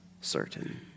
certain